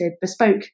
bespoke